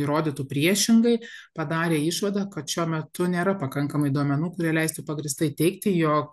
įrodytų priešingai padarė išvadą kad šiuo metu nėra pakankamai duomenų kurie leistų pagrįstai teigti jog